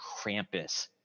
Krampus